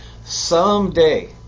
Someday